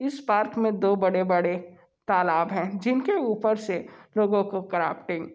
इस पार्क में दो बड़े बड़े तालाब हैं जिनके ऊपर से लोगो को क्राफ्टिंग